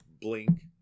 Blink